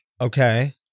Okay